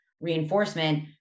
reinforcement